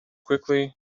quickly